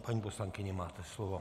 Paní poslankyně, máte slovo.